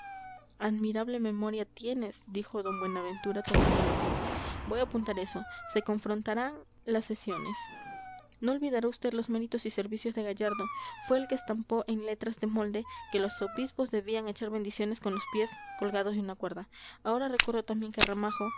admirable memoria tienes dijo d buenaventura tomando la pluma voy a apuntar eso se confrontarán las sesiones no olvidará vd los méritos y servicios de gallardo fue el que estampó en letras de molde que los obispos debían echar bendiciones con los pies colgados de una cuerda ahora recuerdo también que ramajo